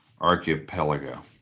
archipelago